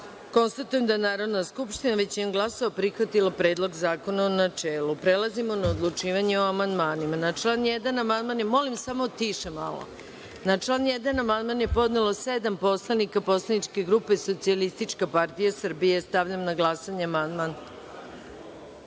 da je Narodna skupština većinom glasova prihvatila Predlog zakona u načelu. Prelazimo na odlučivanje o amandmanima. Na član 1. amandman je podnelo sedam narodnih poslanika poslaničke grupe Socijalistička partija Srbije. Stavljam na glasanje